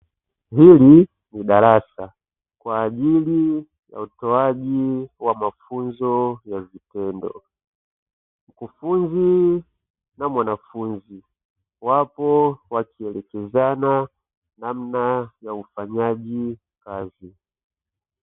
Hili ni darasa kwa ajili ya utoaji wa mafunzo ya vitendo, mkufunzi na mwanafunzi wapo wakielekezana namna ya ufanyaji kazi.